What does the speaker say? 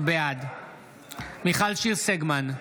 בעד מיכל שיר סגמן,